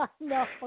No